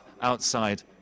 outside